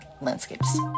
landscapes